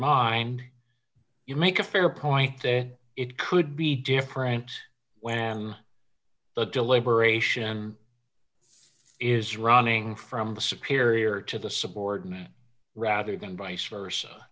mind you make a fair point there it could be different when the deliberation is running from the superior to the subordinate rather than vice versa